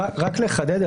רק לחדד,